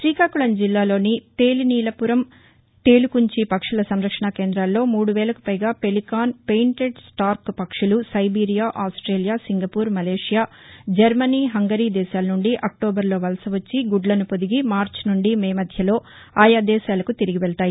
శ్రీకాకుళం జిల్లాలోని తేలినీలాపురం తెలుకుంచి పక్షుల సంరక్షణ కేందాల్లో మూడు వేలకు పైగా పెలికాన్ పెయింటెడ్ స్లార్క్ పక్షులు Siberia Australia Singapore Malaysia Germany Hungary దేశాల నుండి అక్టోబర్లో వలస వచ్చి గుడ్లను పొదిగి మార్చి నుండి మే మధ్యలో ఆయా దేశాలకు తిరిగి వెళతాయి